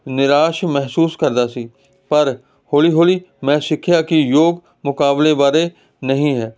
ਨਿਰਾਸ਼ ਮਹਿਸੂਸ ਕਰਦਾ ਸੀ ਪਰ ਹੌਲੀ ਹੌਲੀ ਮੈਂ ਸਿੱਖਿਆ ਕਿ ਯੋਗ ਮੁਕਾਬਲੇ ਬਾਰੇ ਨਹੀਂ ਹੈ